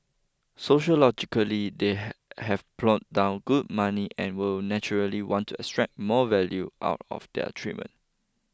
sociologically they have plonked down good money and would naturally want to extract more value out of their treatment